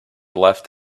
left